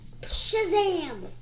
Shazam